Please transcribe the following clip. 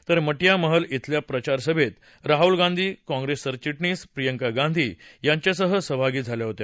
तर मटीया महल इथल्या प्रचारसभेत राहुल गांधी काँप्रेस सरविटणीस प्रियंका गांधी यांच्यासह सहभागी झाले होते